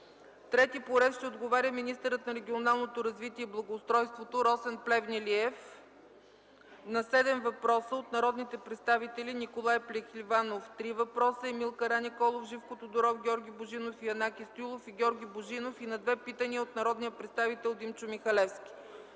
Стоянов – един. Министърът на регионалното развитие и благоустройството Росен Плевнелиев ще отговори на седем въпроса от народните представители Николай Пехливанов – три въпроса; Емил Караниколов; Живко Тодоров; Георги Божинов и Янаки Стоилов и Георги Божинов и на две питания от народния представител Димчо Михалевски.